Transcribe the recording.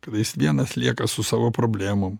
kada jis vienas lieka su savo problemom